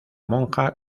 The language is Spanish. monja